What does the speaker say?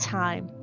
time